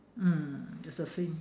mm it's the same